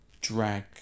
drag